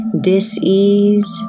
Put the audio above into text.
dis-ease